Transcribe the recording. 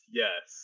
yes